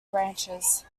branches